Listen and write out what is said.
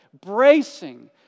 bracing